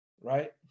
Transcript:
right